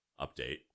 update